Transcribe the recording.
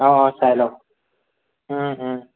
অ' অ' চাই লওক